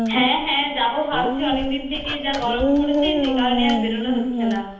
হ্যাঁ হ্যাঁ যাবো ভাবছি অনেকদিন থেকেই যা গরম পড়েছে সে কারণেই আর বেরোনো হচ্ছে না